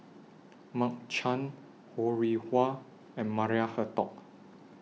Mark Chan Ho Rih Hwa and Maria Hertogh